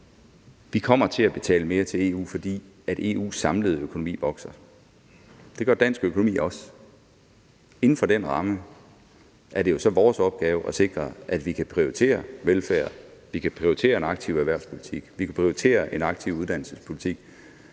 Vi kommer til at betale mere til EU, fordi EU's samlede økonomi vokser, og det gør dansk økonomi også. Inden for den ramme er det jo så vores opgave at sikre, at vi kan prioritere velfærd, at vi kan prioritere en aktiv erhvervspolitik, at vi kan prioritere en aktiv uddannelsespolitik,